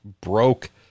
broke